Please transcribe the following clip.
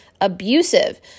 abusive